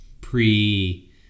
pre